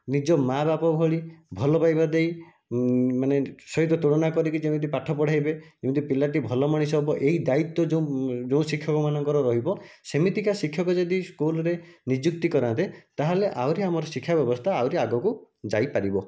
ନିଜ ମା' ବାପା ଭଳି ଭଲପାଇବା ଦେଇ ମାନେ ସହିତ ତୁଳନା କରିକି ଯେମିତି ପାଠ ପଢ଼ାଇବେ ଯେମିତି ପିଲାଟି ଭଲ ମଣିଷ ହେବ ଏହି ଦାୟିତ୍ୱ ଯେଉଁ ଯେଉଁ ଶିକ୍ଷକମାନଙ୍କର ରହିବ ସେମିତିକା ଶିକ୍ଷକ ଯଦି ସ୍କୁଲ୍ରେ ନିଯୁକ୍ତି କରାନ୍ତେ ତା'ହେଲେ ଆହୁରି ଆମର ଶିକ୍ଷା ବ୍ୟବସ୍ଥା ଆହୁରି ଆଗକୁ ଯାଇପାରିବ